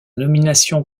nomination